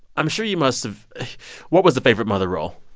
i'm sure you must have what was the favorite mother role?